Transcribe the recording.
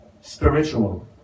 spiritual